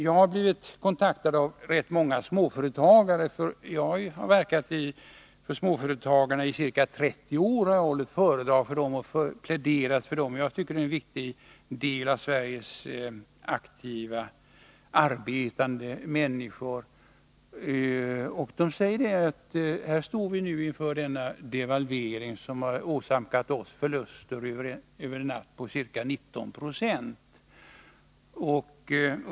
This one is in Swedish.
Jag har blivit kontaktad av rätt många småföretagare, eftersom jag har verkat för dem i 30 år. Jag har hållit föredrag och pläderat för dem. Jag tycker att småföretagarna är en viktig del av Sveriges aktiva, arbetande människor. Dessa företagare säger: Här står vi nu inför denna devalvering, som åsamkat oss förluster över en natt på ca 19 70.